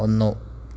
ഒന്ന്